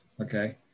Okay